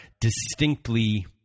distinctly